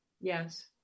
Yes